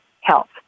health